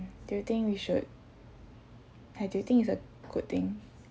do you think we should and do you think it's a good thing